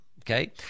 Okay